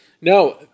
no